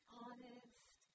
honest